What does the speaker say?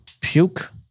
Puke